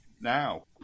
now